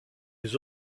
ses